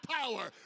power